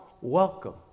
welcome